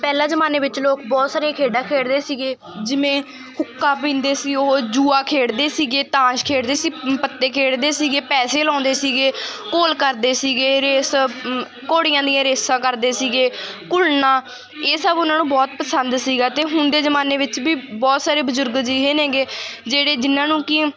ਪਹਿਲਾਂ ਜ਼ਮਾਨੇ ਵਿੱਚ ਲੋਕ ਬਹੁਤ ਸਾਰੀਆਂ ਖੇਡਾਂ ਖੇਡਦੇ ਸੀਗੇ ਜਿਵੇਂ ਹੁੱਕਾ ਪੀਂਦੇ ਸੀ ਉਹ ਜੂਆ ਖੇਡਦੇ ਸੀਗੇ ਤਾਸ਼ ਖੇਡਦੇ ਸੀ ਪੱਤੇ ਖੇਡਦੇ ਸੀਗੇ ਪੈਸੇ ਲਾਉਂਦੇ ਸੀਗੇ ਘੋਲ ਕਰਦੇ ਸੀਗੇ ਰੇਸ ਘੋੜੀਆਂ ਦੀਆਂ ਰੇਸਾਂ ਕਰਦੇ ਸੀਗੇ ਘੁਲਣਾ ਇਹ ਸਭ ਉਨ੍ਹਾਂ ਨੂੰ ਬਹੁਤ ਪਸੰਦ ਸੀਗਾ ਅਤੇ ਹੁਣ ਦੇ ਜ਼ਮਾਨੇ ਵਿੱਚ ਵੀ ਬਹੁਤ ਸਾਰੇ ਬਜ਼ੁਰਗ ਅਜਿਹੇ ਨੇ ਗੇ ਜਿਹੜੇ ਜਿਨ੍ਹਾਂ ਨੂੰ ਕਿ